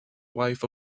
wife